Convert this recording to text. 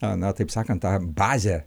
na taip sakant tą bazę